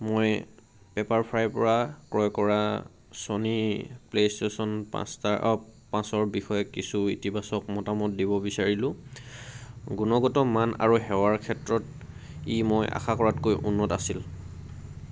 মই পেপাৰফ্ৰাইৰপৰা ক্ৰয় কৰা ছনী প্লে'ষ্টেশ্যন পাঁচটা অ' পাঁচৰ বিষয়ে কিছু ইতিবাচক মতামত দিব বিচাৰিলোঁ গুণগত মান আৰু সেৱাৰ ক্ষেত্ৰত ই মই আশা কৰাতকৈ উন্নত আছিল